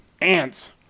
ants